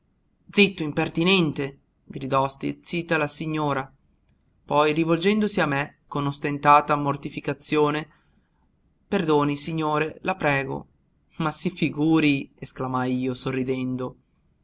zitto impertinente gridò stizzita la signora poi volgendosi a me con ostentata mortificazione perdoni signore la prego ma si figuri esclamai io sorridendo